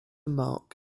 mark